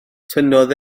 tynnodd